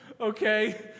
okay